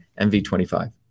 mv25